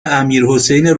امیرحسین